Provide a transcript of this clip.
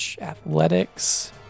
Athletics